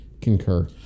Concur